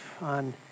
on